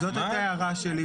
זאת הייתה הערה שלי.